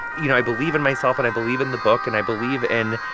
you know, i believe in myself and i believe in the book and i believe in,